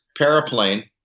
paraplane